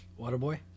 Waterboy